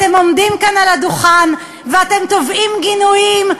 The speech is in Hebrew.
אתם עומדים כאן על הדוכן ואתם תובעים גינויים,